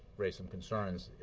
raise some concerns.